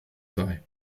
sei